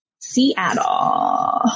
Seattle